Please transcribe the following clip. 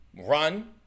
run